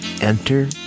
enter